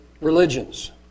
religions